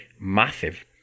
massive